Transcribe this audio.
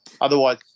otherwise –